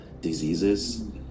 diseases